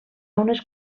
unes